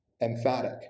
emphatic